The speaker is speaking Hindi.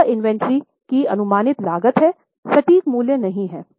यह इन्वेंट्री की अनुमानित लागत है सटीक मूल्य नहीं है